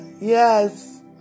yes